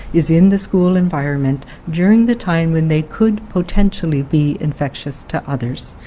is in the school environment during the time when they could potentially be infectious to others.